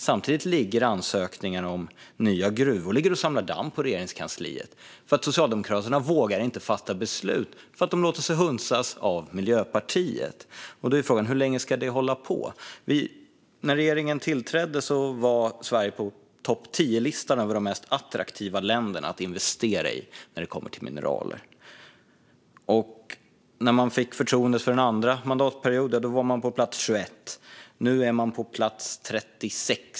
Samtidigt ligger ansökningar om nya gruvor och samlar damm på Regeringskansliet, då Socialdemokraterna inte vågar fatta beslut därför att de låter sig hunsas av Miljöpartiet. Frågan är: Hur länge ska detta hålla på? När regeringen tillträdde låg Sverige på topp-tio-listan över de mest attraktiva länderna att investera i när det kommer till mineral. När man fick förtroende en andra mandatperiod låg Sverige på plats 21. Nu ligger Sverige på plats 36.